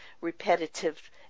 repetitive